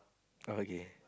okay